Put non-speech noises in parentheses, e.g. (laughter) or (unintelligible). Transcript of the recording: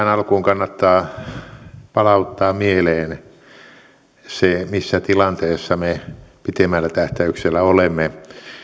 (unintelligible) alkuun kannattaa palauttaa mieleen se missä tilanteessa me pitemmällä tähtäyksellä olemme